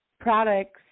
products